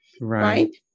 right